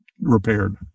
repaired